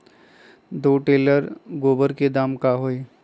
दो टेलर गोबर के दाम का होई?